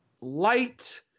light